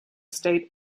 state